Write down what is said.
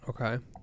okay